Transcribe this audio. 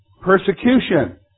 Persecution